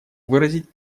выразить